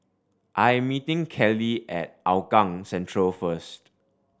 I am meeting Kellee at Hougang Central first